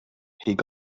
here